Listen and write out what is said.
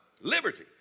Liberty